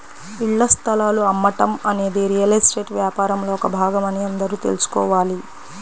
ఇళ్ల స్థలాలు అమ్మటం అనేది రియల్ ఎస్టేట్ వ్యాపారంలో ఒక భాగమని అందరూ తెల్సుకోవాలి